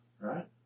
right